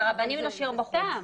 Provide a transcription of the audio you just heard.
את הרבנים נשאיר בחוץ.